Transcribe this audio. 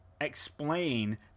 explain